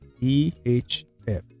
E-H-F